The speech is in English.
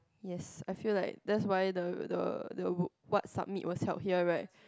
yes I feel like that's why the the the what submit was held here right